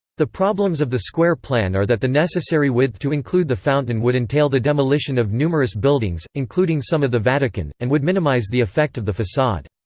the problems of the square plan are that the necessary width to include the fountain would entail the demolition of numerous buildings, including some of the vatican, and would minimize the effect of the facade.